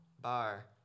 bar